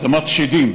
אדמת שדים,